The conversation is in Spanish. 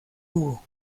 hugo